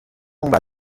tombe